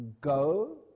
go